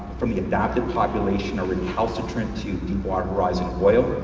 from the adapted population are recalcitrant to deep water horizon oil,